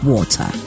Water